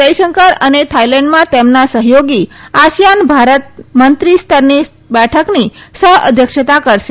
જયશંકર અને થાઇલેન્ડમાં તેમના સહયોગી આસિયાન ભારત મંત્રી સ્તરની બેઠકની સહ્ અધ્યક્ષતા કરશે